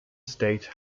state